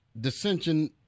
dissension